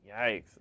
yikes